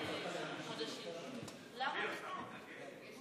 עמיר, אתה מתנגד?